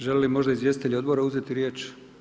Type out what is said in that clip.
Želi li možda izvjestitelj odbora uzeti riječ?